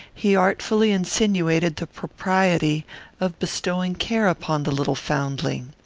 he artfully insinuated the propriety of bestowing care upon the little foundling.